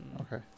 Okay